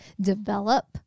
develop